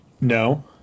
No